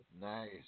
Nice